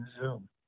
Zoom